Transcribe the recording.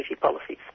policies